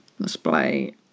display